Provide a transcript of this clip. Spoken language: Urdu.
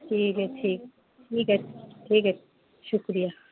ٹھیک ہے ٹھیک ٹھیک ہے ٹھیک ہے شکریہ